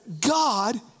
God